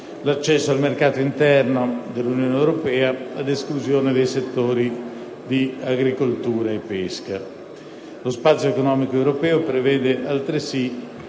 l'accesso al mercato interno dell'Unione europea, ad esclusione dei settori di agricoltura e pesca. L'Accordo sullo Spazio economico europeo prevede, altresì,